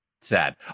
Sad